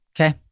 Okay